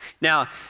Now